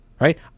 right